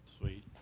Sweet